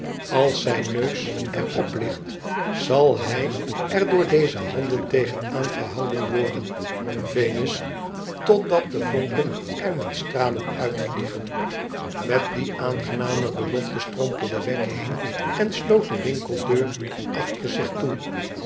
als zijn neus er op ligt zal hij er door deze handen tegen aan gehouden worden venus totdat de vonken er met stralen uitvuegen met die aangename belofte strompelde wegg heen en sloot de winkeldeur achter zich toe